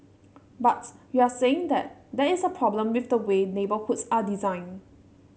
but you're saying that there is a problem with the way neighbourhoods are designed